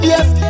Yes